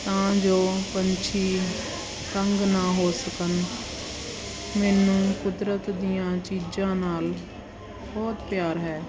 ਤਾਂ ਜੋ ਪੰਛੀ ਤੰਗ ਨਾ ਹੋ ਸਕਣ ਮੈਨੂੰ ਕੁਦਰਤ ਦੀਆਂ ਚੀਜ਼ਾਂ ਨਾਲ ਬਹੁਤ ਪਿਆਰ ਹੈ